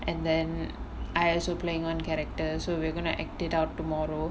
and then I also playing one character so we're going to act it out tomorrow